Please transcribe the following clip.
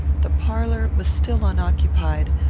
the parlour was still unoccupied,